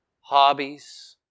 hobbies